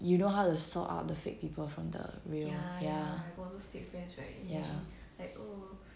you know how to sort out the fake people from the real ya ya